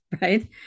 right